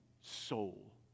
soul